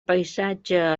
paisatge